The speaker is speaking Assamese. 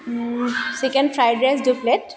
চিকেন ফ্ৰাইদ ৰাইচ দুই প্লে'ট